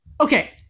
Okay